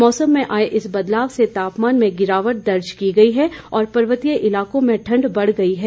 मौसम में आए इस बदलाव से तापमान में गिरावट दर्ज की गई है और पर्वतीय इलाकों में ठंड बढ गई है